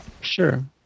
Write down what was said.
Sure